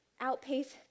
outpace